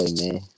man